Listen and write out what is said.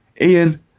Ian